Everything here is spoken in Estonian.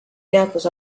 teatas